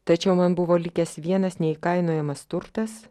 tačiau man buvo likęs vienas neįkainojamas turtas